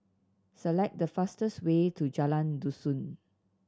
select the fastest way to Jalan Dusun